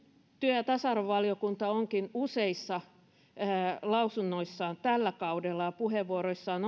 työ ja tasa arvovaliokunta onkin useissa lausunnoissaan ja puheenvuoroissaan